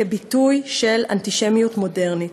כביטוי של אנטישמיות מודרנית.